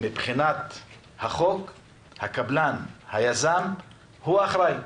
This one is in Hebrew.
מבחינת החוק הקבלן, היזם הוא האחראי.